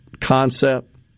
concept